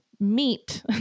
meat